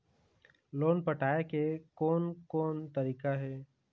Loan पटाए के कोन कोन तरीका हे?